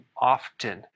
often